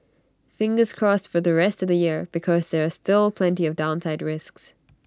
fingers crossed for the rest of the year because there are still plenty of downside risks